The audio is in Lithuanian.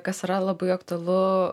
kas yra labai aktualu